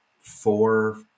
four